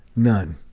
none.